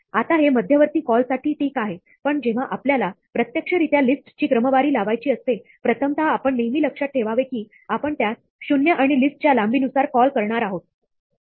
आता हे मध्यवर्ती कॉल साठी ठीक आहे पण जेव्हा आपल्याला प्रत्यक्षरीत्या लिस्ट ची क्रमवारी लावायची असते प्रथमतः आपण नेहमी लक्षात ठेवावे की आपण त्यास शून्य आणि लिस्ट च्या लांबीनुसार कॉल करणार आहोत